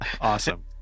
Awesome